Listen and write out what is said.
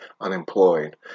unemployed